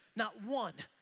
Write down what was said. not one,